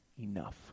enough